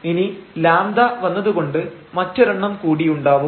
ഇനി λ വന്നതുകൊണ്ട് മറ്റൊരെണ്ണം കൂടിയുണ്ടാവും